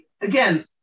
again